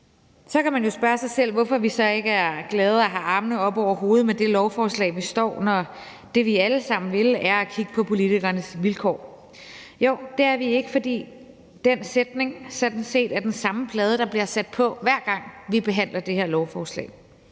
Så kan man jo spørge sig selv, hvorfor vi så ikke er glade og har armene oppe over hovedet over det lovforslag, vi står med, når det, vi alle sammen vil, er at kigge på politikernes vilkår. Jo, det er vi ikke, fordi den sætning sådan set er den samme plade, der bliver sat på, hver gang vi behandler det her lovforslag